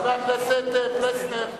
חבר הכנסת פלסנר?